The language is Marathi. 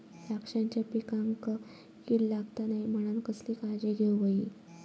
द्राक्षांच्या पिकांक कीड लागता नये म्हणान कसली काळजी घेऊक होई?